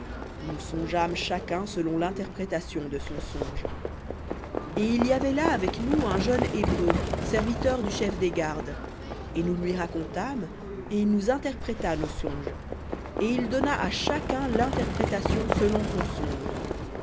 nous songeâmes chacun selon l'interprétation de son songe et il y avait là avec nous un jeune hébreu serviteur du chef des gardes et nous lui racontâmes et il nous interpréta nos songes il donna à chacun l'interprétation selon son songe